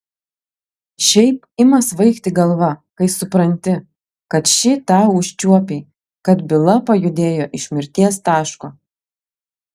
šiaip ima svaigti galva kai supranti kad šį tą užčiuopei kad byla pajudėjo iš mirties taško